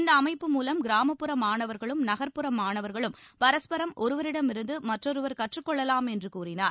இந்த அமைப்பு மூலம் கிராமப்புற மாணவர்களும் நகர்ப்புற மாணவர்களும் பரஸ்பரம் ஒருவரிடமிருந்து மற்றொருவர் கற்றுக்கொள்ளலாம் என்று கூறினார்